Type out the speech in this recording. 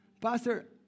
Pastor